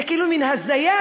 זה כאילו מין הזיה,